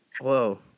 Whoa